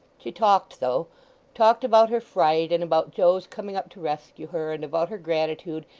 she talked though talked about her fright, and about joe's coming up to rescue her, and about her gratitude,